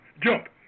jump